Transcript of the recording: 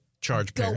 charge